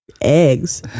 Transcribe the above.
eggs